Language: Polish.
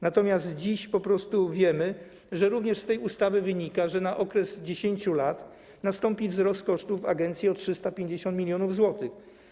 Natomiast dziś po prostu wiemy, że również z tej ustawy wynika, że na okres 10 lat nastąpi wzrost kosztów w agencji o 350 mln zł.